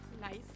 Nice